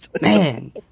Man